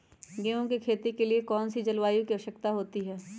गेंहू की खेती के लिए कौन सी जलवायु की आवश्यकता होती है?